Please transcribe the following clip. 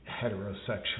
heterosexual